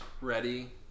ready